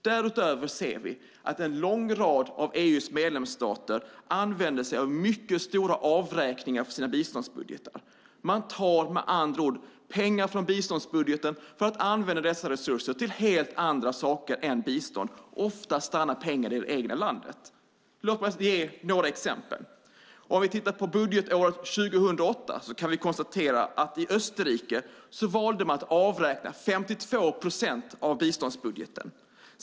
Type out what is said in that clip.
Därutöver ser vi att en lång rad av EU:s medlemsstater använder sig av mycket stora avräkningar från sina biståndsbudgetar. Man tar med andra ord pengar från biståndsbudgeten för att använda dessa resurser till helt andra saker än bistånd. Ofta stannar pengar i det egna landet. Låt mig ge några exempel! Vi kan titta på budgetåret 2008. Då kan vi konstatera att man i Österrike valde att avräkna 52 procent av biståndsbudgeten.